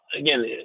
again